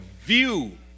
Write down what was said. view